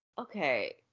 okay